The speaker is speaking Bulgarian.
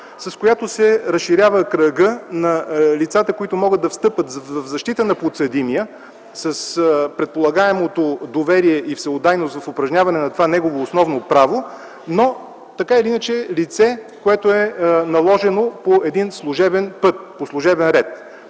с която се разширява кръгът на лицата, които могат да встъпят в защита на подсъдимия с предполагаемото доверие и всеотдайност в упражняване на това негово основно право, но така или иначе лице, което е наложено по един служебен ред.